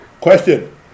question